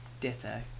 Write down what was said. Ditto